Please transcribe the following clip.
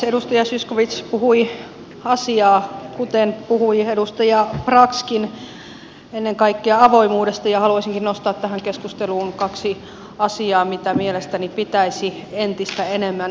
edustaja zyskowicz puhui asiaa kuten puhui edustaja braxkin ennen kaikkea avoimuudesta ja haluaisinkin nostaa tähän keskusteluun kaksi asiaa joita mielestäni pitäisi entistä enemmän läpivalaista